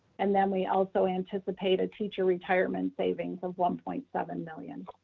and then we also anticipate a teacher retirement savings of one point seven million.